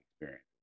experience